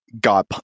God